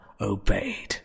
obeyed